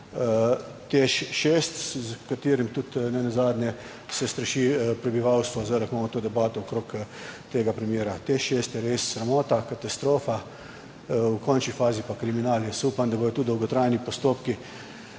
TEŠ šest, s katerim tudi nenazadnje se straši prebivalstvo, zdaj, ko imamo to debato okrog tega primera. TEŠ šest je res sramota, katastrofa, v končni fazi pa kriminal. Jaz upam, da bodo tudi dolgotrajni postopki